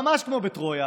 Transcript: ממש כמו בטרויה,